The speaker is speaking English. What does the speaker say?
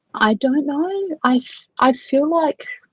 i don't know i. i i feel like